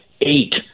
eight